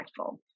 impactful